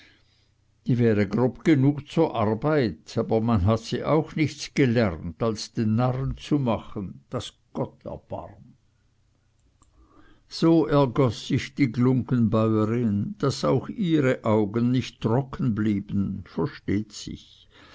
die wäre grob genug zur arbeit aber man hat sie auch nichts gelernt als den narren zu machen daß gott erbarm so ergoß sich die glunggenbäurin und daß auch ihre augen nicht trocken blieben versteht sich